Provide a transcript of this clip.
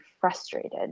frustrated